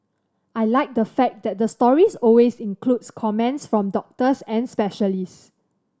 I like the fact that the stories always includes comments from doctors and specialist